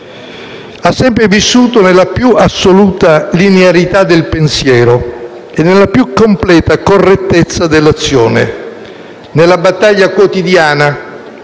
ha sempre vissuto nella più assoluta linearità del pensiero e nella più completa correttezza dell'azione. Nella battaglia quotidiana